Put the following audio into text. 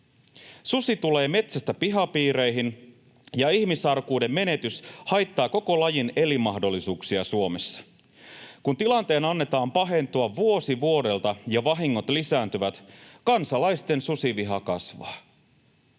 Susi tulee metsästä pihapiireihin, ja ihmisarkuuden menetys haittaa koko lajin elinmahdollisuuksia Suomessa. Kun tilanteen annetaan pahentua vuosi vuodelta ja vahingot lisääntyvät, kansalaisten susiviha kasvaa.